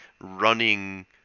running